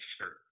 shirt